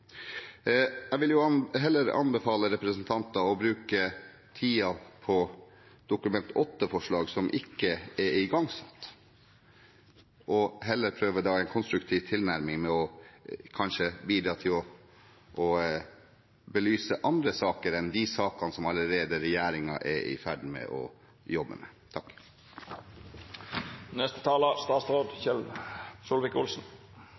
Jeg vil heller anbefale representanter å bruke tiden på Dokument 8-forslag til saker som ikke er igangsatt, og heller prøve en konstruktiv tilnærming ved kanskje å bidra til å belyse andre saker enn de sakene som regjeringen allerede jobber med. Jeg oppfatter at det er ganske mange ømme tær i denne sal. Det er visst strengt forbudt å